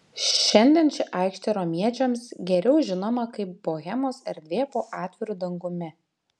šiandien ši aikštė romiečiams geriau žinoma kaip bohemos erdvė po atviru dangumi